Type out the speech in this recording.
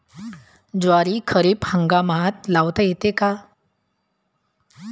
ज्वारी खरीप हंगामात लावता येते का?